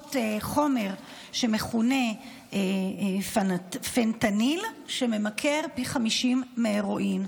לרבות חומר שמכונה פנטניל, שממכר פי 50 מהרואין.